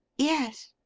yes.